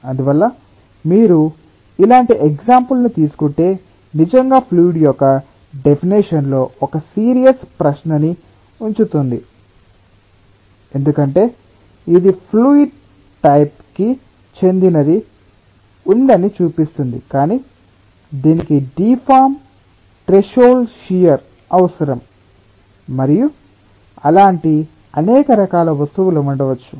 అందువల్ల మీరు ఇలాంటి ఎగ్సాంపుల్ ను తీసుకుంటే నిజంగా ఫ్లూయిడ్ యొక్క డెఫినెషన్ లో ఒక సీరియస్ ప్రశ్నని ఉంచుతుంది ఎందుకంటే ఇది ఫ్లూయిడ్ టైప్ కి చెందినది ఉందని చూపిస్తుంది కాని దీనికి డిఫార్మ్ థ్రెషోల్డ్ షియర్ అవసరం మరియు అలాంటి అనేక రకాల వస్తువులు ఉండవచ్చు